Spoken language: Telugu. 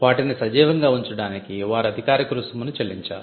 వాటిని సజీవంగా ఉంచడానికి వారు అధికారిక రుసుమును చెల్లించారు